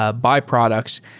ah byproducts,